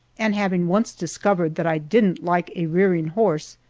and having once discovered that i didn't like a rearing horse,